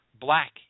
black